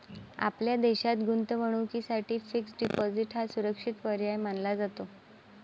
आपल्या देशात गुंतवणुकीसाठी फिक्स्ड डिपॉजिट हा सुरक्षित पर्याय मानला जातो